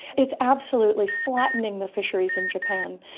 it's absolutely flattening the fisheries in japan.